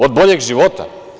Od boljeg života?